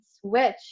switch